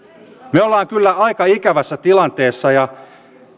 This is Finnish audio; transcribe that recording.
me olemme kyllä aika ikävässä tilanteessa ja